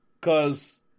Cause